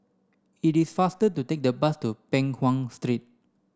it is faster to take the bus to Peng Nguan Street